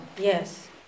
Yes